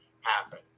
happen